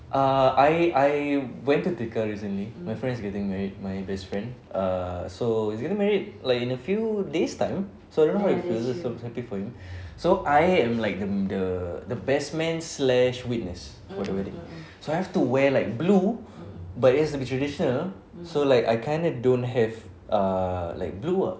ah I I went to tekka recently my friend's getting married my best friend err so he's getting married like in a few days time so I don't know I feel I so happy for him so I am like the the the best man slash witness for the wedding so I have to wear like blue but it has to be traditional so like I kind of don't have err like blue ah